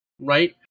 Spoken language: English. right